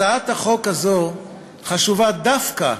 הצעת החוק הזו חשובה דווקא